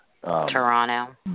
Toronto